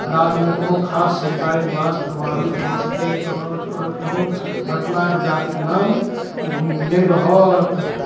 राज्यमे कोनो खास समुदाय निवास प्रभावित भऽ सकैत अछि आओर कोनो घटना कऽ जातिक नाम नहि रहत